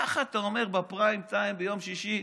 ככה אתה אומר בפריים-טיים ביום שישי,